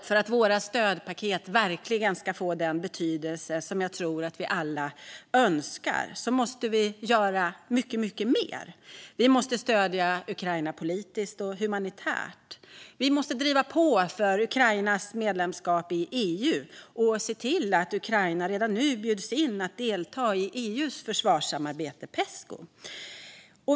För att våra stödpaket verkligen ska få den betydelse som jag tror att vi alla önskar måste vi göra mycket mer. Vi måste stödja Ukraina politiskt och humanitärt. Vi måste driva på för Ukrainas medlemskap i EU och se till att Ukraina redan nu bjuds in att delta i EU:s försvarssamarbete Pesco.